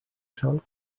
sòl